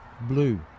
blue